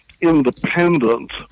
independent